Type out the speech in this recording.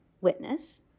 witness